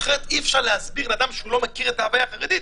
אחרת אי אפשר להסביר למי שלא מכיר את ההווי החרדי,